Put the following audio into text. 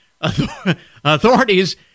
Authorities